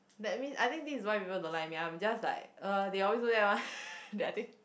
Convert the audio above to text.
that mean I think this is why people don't like me I'm just like er they always do that one then I think